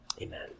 amen